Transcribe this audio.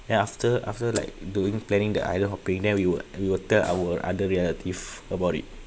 then after after like doing planning the island hopping then we will we will tell our other relative about it